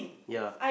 ya